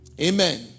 Amen